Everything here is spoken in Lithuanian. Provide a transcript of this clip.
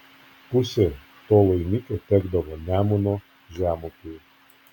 pusė to laimikio tekdavo nemuno žemupiui